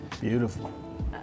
Beautiful